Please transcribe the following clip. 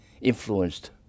influenced